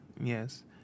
Yes